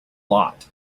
lot